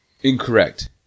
Incorrect